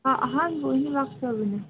ꯑꯍꯥꯟꯕ ꯑꯣꯏꯅ ꯂꯥꯛꯆꯕꯅꯤ